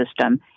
system